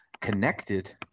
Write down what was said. connected